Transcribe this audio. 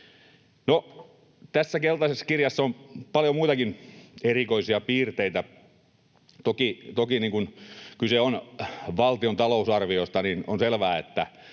Tässä keltaisessa kirjassa on paljon muitakin erikoisia piirteitä toki. Kun kyse on valtion talousarviosta, on selvää,